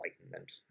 Enlightenment